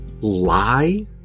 lie